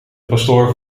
pastoor